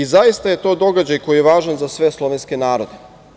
Zaista je to događaj koji je važan za sve slovenske narode.